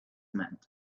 meant